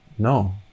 No